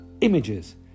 images